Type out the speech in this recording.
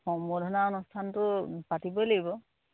সম্বৰ্ধনা অনুষ্ঠানটো পাতিবই লাগিব